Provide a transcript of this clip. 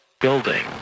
building